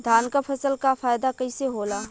धान क फसल क फायदा कईसे होला?